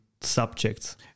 subjects